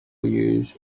use